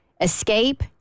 escape